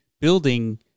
building